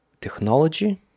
technology